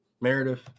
Meredith